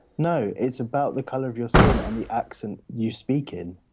no, it's about the colour of your skin and the accent you speak in.